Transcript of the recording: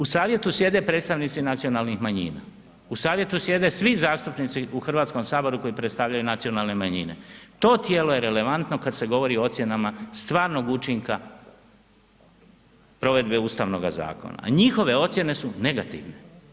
U savjetu sjede predstavnici nacionalnih manjina, u savjetu sjede svi zastupnici u Hrvatskom saboru koji predstavljaju nacionalne manjine, to tijelo je relevantno kad se govori o ocjenama stvarnog učinka provedbe ustavnoga zakona a njihove ocjene su negativne.